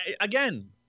Again